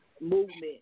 movement